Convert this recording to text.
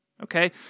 Okay